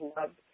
loved